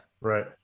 Right